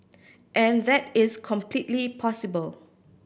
and that is completely possible